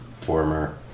former